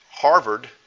Harvard